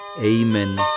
Amen